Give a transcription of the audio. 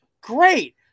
Great